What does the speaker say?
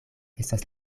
estas